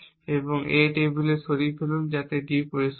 এবং A টেবিলে সরিয়ে ফেলুন যাতে D পরিষ্কার হয়